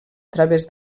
través